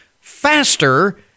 faster